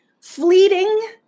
fleeting